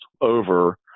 over